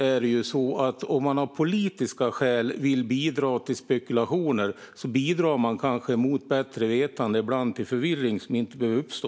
Om man däremot av politiska skäl vill bidra till spekulationer bidrar man kanske mot bättre vetande och ibland till förvirring som inte hade behövt uppstå.